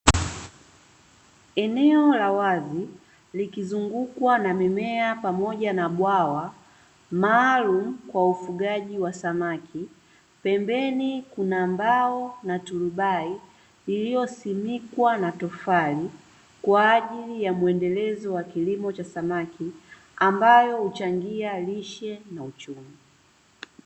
Eneo la wazi likizungukwa na mimea pamoja na bwawa maalum kwa ufugaji wa samaki pembeni kuna mbao na turubai iliyosindikwa na tofali kwa ajili ya mwendelezo wa kilimo cha samaki ambao huchangia lishe na uchumi.